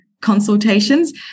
consultations